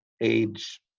age